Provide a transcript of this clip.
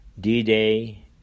D-Day